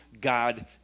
God